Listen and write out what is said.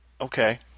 Okay